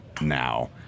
now